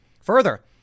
Further